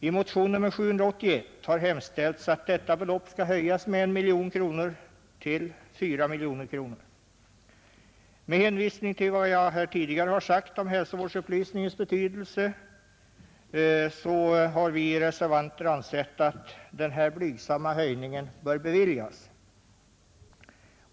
I motion nr 781 har det hemställts att beloppet skall höjas med 1 miljon till 4 miljoner kronor. Med hänsyn till hälsovårdsupplysningens betydelse har vi utskottsledamöter, som undertecknat reservationen 15, ansett att denna blygsamma höjning bör beviljas.